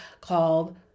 called